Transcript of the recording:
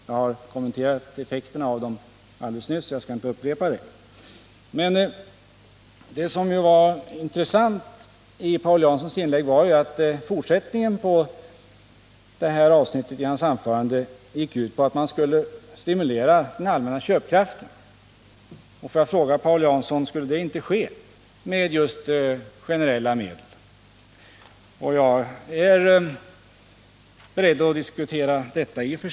Jag har kommenterat effekten av sådana insatser alldeles nyss och skall inte upprepa det, men det som är intressant i Paul Janssons inlägg är fortsättningen, som gick ut på att man skulle stimulera den allmänna köpkraften. Får jag fråga Paul Jansson: Skulle inte detta ske just med generella medel? Jag är i och för sig beredd att diskutera detta.